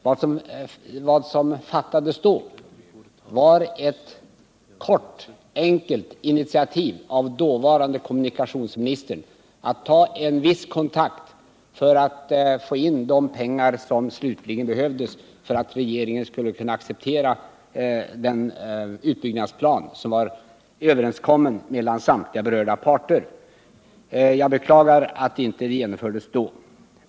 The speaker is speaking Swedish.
Vad som då fattades var ett enkelt initiativ av dåvarande kommunikationsministern för att få in de pengar som slutligen behövdes för att regeringen skulle kunna acceptera den utbyggnadsplan som var överenskommen mellan samtliga berörda parter. Jag beklagar att byggandet av spåret inte genomfördes då.